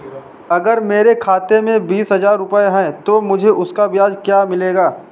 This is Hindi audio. अगर मेरे खाते में बीस हज़ार रुपये हैं तो मुझे उसका ब्याज क्या मिलेगा?